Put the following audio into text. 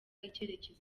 icyerekezo